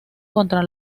contra